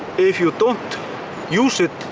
if you don't use it,